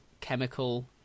chemical